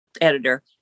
editor